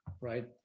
right